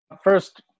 First